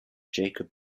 jacob